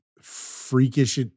freakish